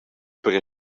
per